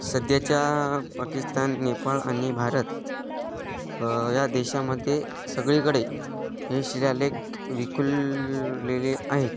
सध्याच्या पाकिस्तान नेपाळ आनि भारत या देशामध्ये सगळीकडे हे शिलालेख विखूरलेले आहेत